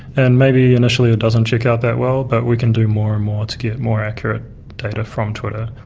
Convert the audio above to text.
and maybe initially it doesn't check out that well, but we can do more and more to get more accurate data from twitter.